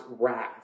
wrath